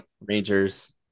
rangers